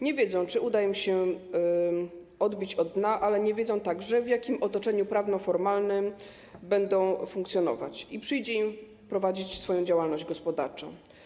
Nie wiedzą, czy uda im się odbić od dna, ale nie wiedzą także, w jakim otoczeniu prawnoformalnym będą funkcjonować i przyjdzie im prowadzić swoją działalność gospodarczą.